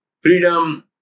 freedom